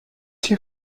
hier